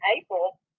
April